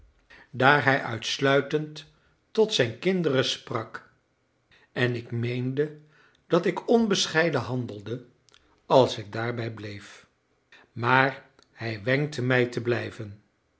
daar hij uitsluitend tot zijn kinderen sprak en ik meende dat ik onbescheiden handelde als ik daarbij bleef maar hij wenkte mij te blijven